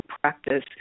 practice